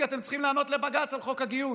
כי אתם צריכים לענות לבג"ץ על חוק הגיוס.